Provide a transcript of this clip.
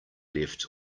left